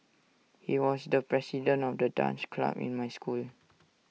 he was the president of the dance club in my school